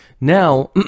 Now